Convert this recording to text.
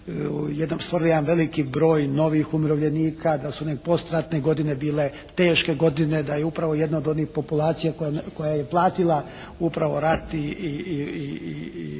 jedan veliki broj novih umirovljenika. Da su one postratne godine bile teške godine. Da je upravo jedna od onih populacija koja je platila upravo rat i